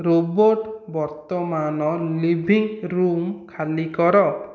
robot ବର୍ତ୍ତମାନ living room ଖାଲି କର